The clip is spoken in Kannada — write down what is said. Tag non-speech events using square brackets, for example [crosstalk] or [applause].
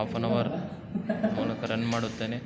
ಆಫನ್ ಅವರ್ [unintelligible] ರನ್ ಮಾಡುತ್ತೇನೆ